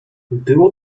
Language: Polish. było